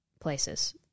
places